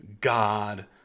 God